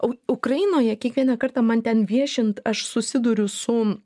o ukrainoje kiekvieną kartą man ten viešint aš susiduriu su